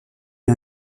est